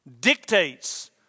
dictates